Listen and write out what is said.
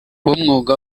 b’umwuga